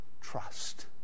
trust